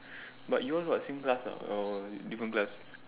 but you all from same class or not or different class